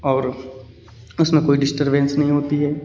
और उसमें कोई डिस्टरबेंस नहीं होती है